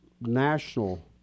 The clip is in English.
national